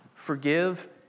Forgive